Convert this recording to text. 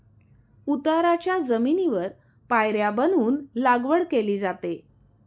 उताराच्या जमिनीवर पायऱ्या बनवून लागवड केली जाते